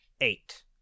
Eight